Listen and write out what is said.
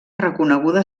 reconeguda